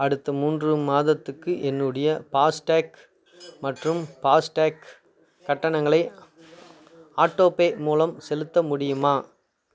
அடுத்த மூன்று மாதத்துக்கு என்னுடைய ஃபாஸ்டேக் மற்றும் ஃபாஸ்டேக் கட்டணங்களை ஆட்டோபே மூலம் செலுத்த முடியுமா